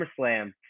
SummerSlam